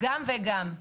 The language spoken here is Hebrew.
גם וגם.